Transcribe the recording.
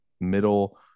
middle